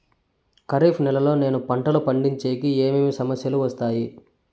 ఖరీఫ్ నెలలో నేను పంటలు పండించేకి ఏమేమి సమస్యలు వస్తాయి?